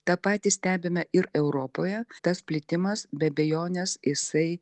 tą patį stebime ir europoje tas plitimas be abejonės jisai